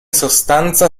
sostanza